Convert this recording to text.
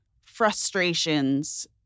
frustrations